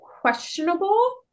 questionable